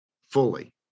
fully